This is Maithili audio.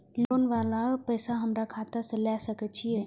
लोन वाला पैसा हमरा खाता से लाय सके छीये?